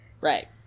Right